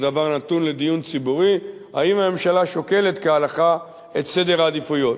והדבר נתון לדיון ציבורי: האם הממשלה שוקלת כהלכה את סדר העדיפויות?